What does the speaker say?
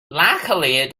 luckily